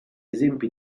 esempi